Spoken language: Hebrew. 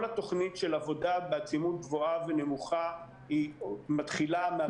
כל התוכנית של עבודה בעצימות גבוהה ונמוכה מתחילה מהראשון לאפריל.